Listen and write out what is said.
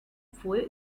fue